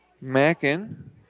Mackin